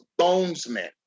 bonesman